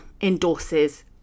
endorses